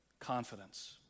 confidence